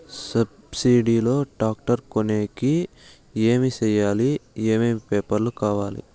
Subsidy లో tractor తీసుకొనేకి ఏమి చేయాలి? ఏమేమి పేపర్లు కావాలి?